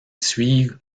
suivent